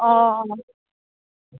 অঁ